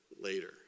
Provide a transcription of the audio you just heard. Later